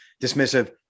dismissive